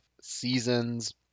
seasons